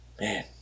man